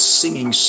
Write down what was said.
singing